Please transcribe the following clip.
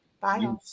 Bye